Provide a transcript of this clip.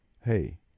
Hey